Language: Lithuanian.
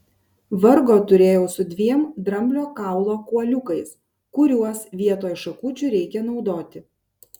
vargo turėjau su dviem dramblio kaulo kuoliukais kuriuos vietoj šakučių reikia naudoti